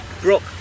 Brooke